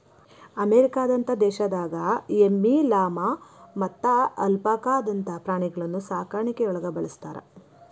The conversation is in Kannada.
ಅಮೇರಿಕದಂತ ದೇಶದಾಗ ಎಮ್ಮಿ, ಲಾಮಾ ಮತ್ತ ಅಲ್ಪಾಕಾದಂತ ಪ್ರಾಣಿಗಳನ್ನ ಸಾಕಾಣಿಕೆಯೊಳಗ ಬಳಸ್ತಾರ